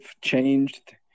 changed